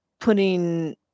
putting